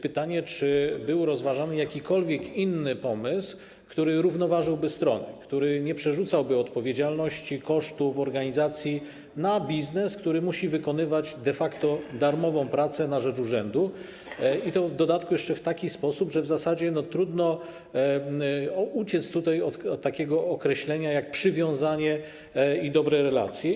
Pytanie, czy był rozważany jakikolwiek inny pomysł, który równoważyłby strony, który nie przerzucałby odpowiedzialności, kosztów, organizacji na biznes, który musi wykonywać de facto darmową pracę na rzecz urzędu i to w dodatku jeszcze w taki sposób, że w zasadzie trudno uciec tutaj od takiego określenia jak przywiązanie i dobre relacje.